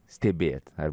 stebėt ar